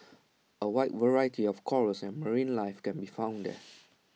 A wide variety of corals and marine life can be found there